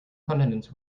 continents